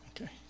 Okay